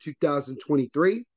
2023